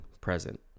present